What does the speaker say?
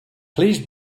please